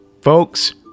Folks